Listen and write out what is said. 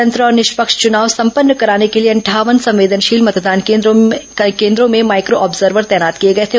स्वतंत्र और निष्पक्ष चुनाव संपन्न कराने के लिए अंठावन संवेदनशील मतदान केन्द्रों में माइक्रो ऑब्जर्वर तैनात किए गए थे